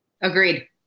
Agreed